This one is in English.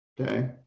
Okay